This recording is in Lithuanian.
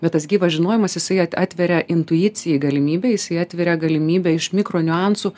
bet tas gyvas žinojimas jisai at atveria intuicijai galimybę jisai atveria galimybę iš mikro niuansų